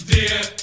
Dear